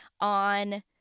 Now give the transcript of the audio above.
on